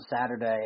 Saturday